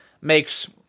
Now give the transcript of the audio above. makes